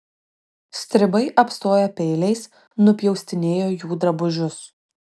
stribai apstoję peiliais nupjaustinėjo jų drabužius